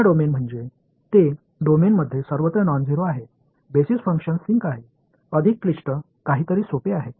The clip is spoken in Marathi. पूर्ण डोमेन म्हणजे ते डोमेनमध्ये सर्वत्र नॉनझेरो आहे बेसिक फंक्शन सिंक हे अधिक क्लिष्ट काहीतरी सोपे आहे